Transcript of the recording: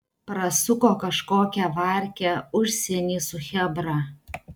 prasuko kažkokią varkę užsieny su chebra